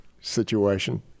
situation